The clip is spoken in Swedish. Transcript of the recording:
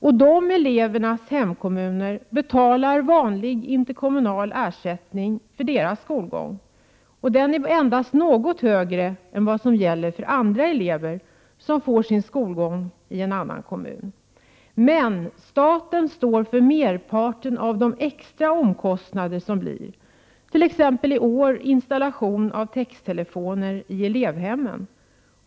Dessa elevers hemkommuner betalar vanlig interkommunal ersättning för de elevernas skolgång. Den ersättningen är endast något högre än vad som gäller för andra elever som får sin skolgång i en annan kommun. Men staten står för merparten av de extra omkostnader som uppstår, i år t.ex. för installation av texttelefoner i elevhemmen.